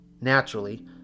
naturally